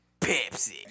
Pepsi